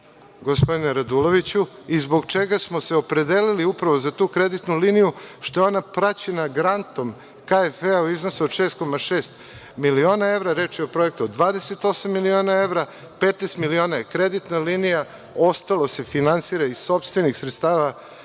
gospodine Raduloviću, i zbog čega smo se opredelili upravo za tu kreditnu liniju, što je ona praćena grantom KfW-a u iznosu od 6,6 miliona evra, reč je o projektu od 28 miliona evra, 15 miliona je kreditna linija, ostalo se finansira iz sopstvenih sredstava